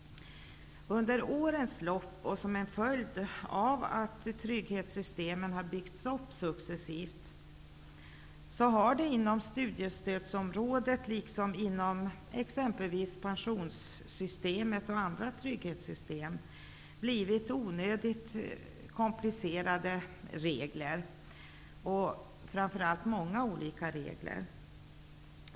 Under årens lopp och som en följd av att trygghetssystemen successivt har byggts upp har reglerna inom studiestödsområdet, liksom inom exempelvis pensionssystemet och andra trygghetssystem, blivit onödigt komplicerade. Framför allt har det blivit många olika regler.